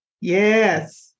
Yes